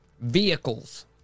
vehicles